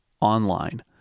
online